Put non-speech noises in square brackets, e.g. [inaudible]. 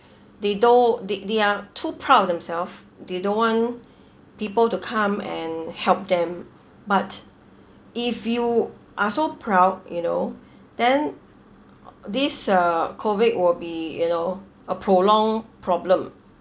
they don't they they are too proud of themself they don't want [breath] people to come and help them but if you are so proud you know [breath] then this uh COVID will be you know a prolonged problem